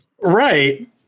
Right